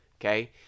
okay